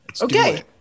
Okay